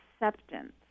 acceptance